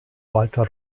walter